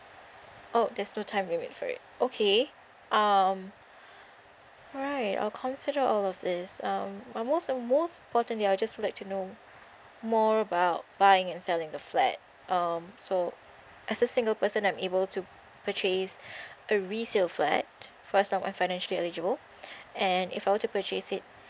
oh there's no time limit for it okay um right I'll consider all of this um uh most most ya I'd just like to know more about buying and selling the flat um so as a single person I'm able to purchase a resale flat first of I'm financially eligible and if I were to purchase it